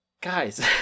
guys